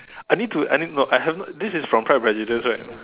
I need to I need not I have not this is from Pride Prejudice right